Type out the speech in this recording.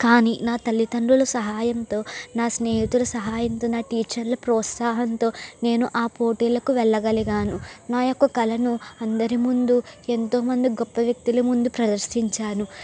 కానీ నా తల్లితండ్రుల సహాయంతో నా స్నేహితుల సహాయంతో నా టీచర్ల ప్రొత్సాహంతో నేను ఆ పోటీలకు వెళ్ళగలిగాను నా యొక్క కళను అందరిముందు ఎంతో మంది గొప్ప వ్యక్తుల ముందు ప్రదర్శించాను